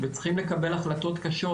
וצריכים לקבל החלטות קשות,